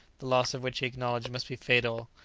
the loss of which he acknowledged must be fatal,